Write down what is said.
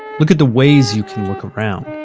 look at the ways you can look around.